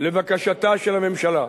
לבקשתה של הממשלה,